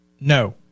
No